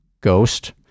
ghost